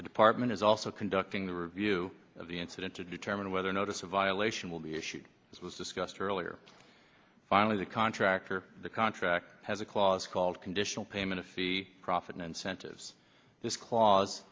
the department is also conducting the review of the incident to determine whether notice a violation will be issued as was discussed earlier finalize a contractor the contract has a clause called conditional payment a fi profit incentives this cla